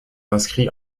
inscrits